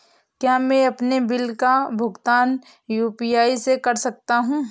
क्या मैं अपने बिल का भुगतान यू.पी.आई से कर सकता हूँ?